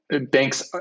banks